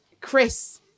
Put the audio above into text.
Chris